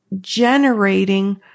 generating